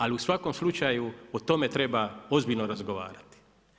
Ali u svakom slučaju o tome treba ozbiljno razgovarati.